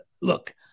look